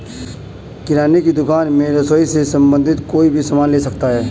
किराने की दुकान में रसोई से संबंधित कोई भी सामान ले सकते हैं